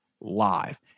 live